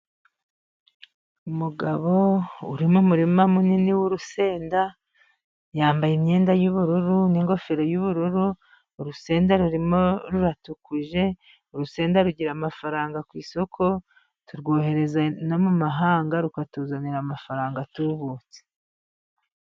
Umugabo uri murima munini w'urusenda, yambaye imyenda yu'ubururu n'ingofero y'ubururu, urusendera rurimo ruratukuje. Urusenda rugira amafaranga ku isoko, turwohereza no mu mahanga, rukatuzanira amafaranga atubutse.